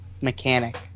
mechanic